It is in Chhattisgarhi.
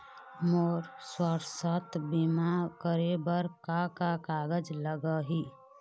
मोर स्वस्थ बीमा करे बर का का कागज लगही?